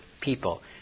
people